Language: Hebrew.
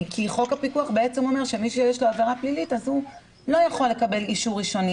כי חוק הפיקוח אומר שמי שיש לו עבירה פלילית לא יכול לקבל אישור ראשוני.